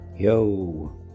Yo